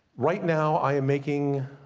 right now i am making.